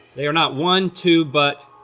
they are not one, two, but.